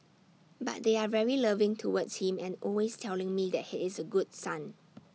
but they are very loving towards him and always telling me that he is A good son